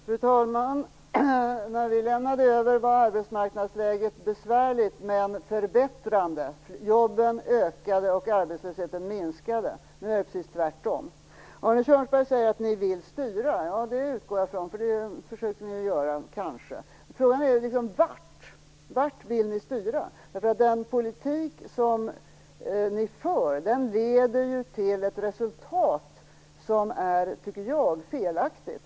Fru talman! När vi lämnade över var arbetsmarknadsläget besvärligt, men på väg mot en förbättring. Antalet jobb ökade och arbetslösheten minskade. Nu är det precis tvärtom. Arne Kjörnsberg säger att ni vill styra. Det utgår jag ifrån, och det försöker ni kanske också att göra. Frågan är vart. Vart vill ni styra? Den politik som ni för leder ju till ett resultat som jag tycker är felaktigt.